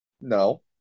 no